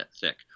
thick